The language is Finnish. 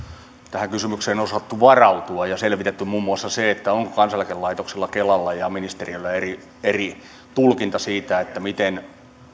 tähän kysymykseen on osattu varautua ja on selvitetty muun muassa se onko kansaneläkelaitoksella eli kelalla ja ministeriöllä eri eri tulkinta siitä miten